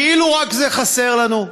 כאילו רק זה חסר לנו.